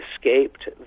escaped